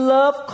Love